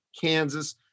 Kansas